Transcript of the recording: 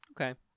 Okay